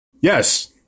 Yes